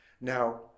Now